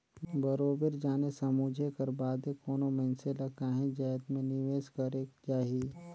बरोबेर जाने समुझे कर बादे कोनो मइनसे ल काहींच जाएत में निवेस करेक जाही